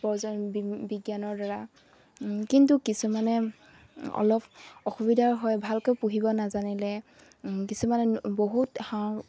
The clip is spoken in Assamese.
পৰজন বিজ্ঞানৰ দ্বাৰা কিন্তু কিছুমানে অলপ অসুবিধাৰ হয় ভালকৈ পুহিব নাজানিলে কিছুমানে বহুত হাও